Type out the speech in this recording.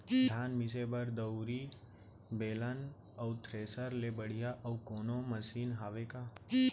धान मिसे बर दउरी, बेलन अऊ थ्रेसर ले बढ़िया अऊ कोनो मशीन हावे का?